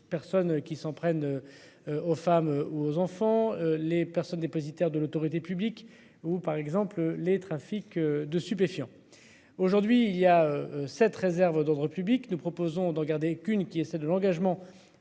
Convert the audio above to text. personnes qui s'en prennent. Aux femmes, aux enfants, les personnes dépositaires de l'autorité publique ou par exemple les trafics de stupéfiants. Aujourd'hui il y a cette réserve d'ordre public, nous proposons de regarder qu'une qui essaie de l'engagement